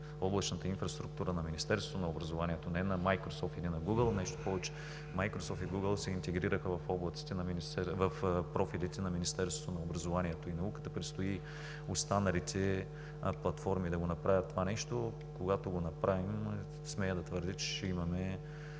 облачната инфраструктура на Министерството на образованието и науката – не на Майкрософт или на Гугъл. Нещо повече, Майкрософт и Гугъл се интегрираха в профилите на Министерството на образованието и науката. Предстои останалите платформи да го направят това нещо. Когато го направим, смея да твърдя, че ще имаме